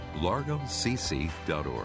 largocc.org